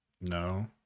No